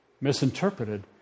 misinterpreted